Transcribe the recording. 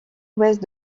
ouest